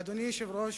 אדוני היושב-ראש,